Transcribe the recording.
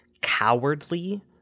cowardly